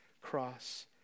cross